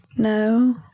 No